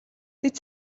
тэд